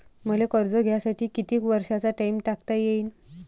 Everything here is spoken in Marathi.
मले कर्ज घ्यासाठी कितीक वर्षाचा टाइम टाकता येईन?